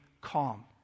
calm